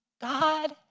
God